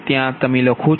u કરો છો